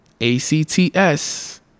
A-C-T-S